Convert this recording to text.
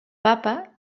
papa